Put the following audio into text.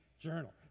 Journal